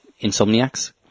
insomniacs